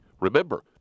Remember